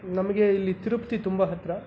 ನಮಗೆ ಇಲ್ಲಿ ತಿರುಪತಿ ತುಂಬ ಹತ್ತಿರ